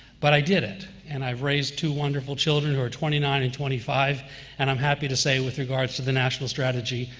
but i did it, and i've raised two wonderful children who are twenty nine and twenty five and i'm happy to say, with regards to the national strategy,